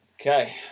Okay